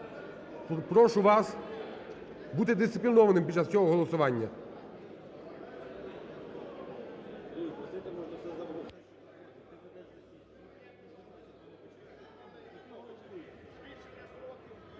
прошу вас бути дисциплінованими під час цього голосування.